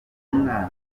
umwana